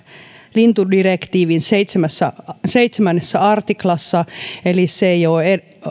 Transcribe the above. lintudirektiivin seitsemännessä seitsemännessä artiklassa eli se ei ole